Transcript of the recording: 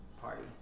party